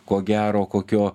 ko gero kokio